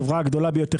החברה הגדולה ביותר,